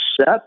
set